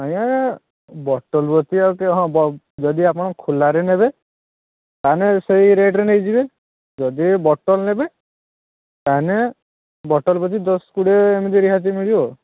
ଆଜ୍ଞା ବଟଲ୍ ପ୍ରତି ଆଉ ଟିକେ ହଁ ଯଦି ଆପଣ ଖୋଲାରେ ନେବେ ତାହେଲେ ସେହି ରେଟ୍ରେ ନେଇଯିବେ ଯଦି ବଟଲ୍ ନେବେ ତାହେଲେ ବଟଲ୍ ପ୍ରତି ଦଶ କୋଡ଼ିଏ ଏମିତି ରିହାତି ମିଳିବ ଆଉ